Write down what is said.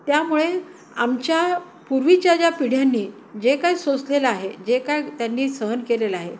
त्यामुळे आमच्या पूर्वीच्या ज्या पिढ्यांनी जे काय सोचलेलं आहे जे काय त्यांनी सहन केलेलं आहे